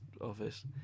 office